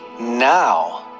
now